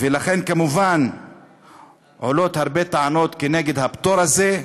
ולכן כמובן עולות הרבה טענות נגד הפטור הזה,